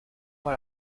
par